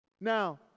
Now